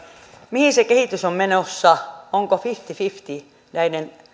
mihin se kehitys on menossa ovatko fifty fifty näiden